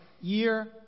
year